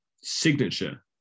signature